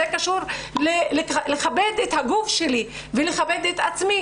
זה קשור לכבד את הגוף שלי ולכבד את עצמי